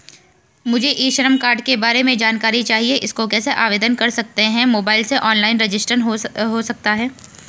मुझे e Shram card के बारे में जानकारी चाहिए इसको कैसे आवेदन कर सकते हैं मोबाइल से ऑनलाइन रजिस्ट्रेशन हो सकता है?